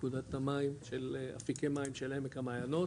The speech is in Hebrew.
אגודת המים של אפיקי מים של עמק המעיינות